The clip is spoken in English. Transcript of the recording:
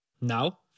Now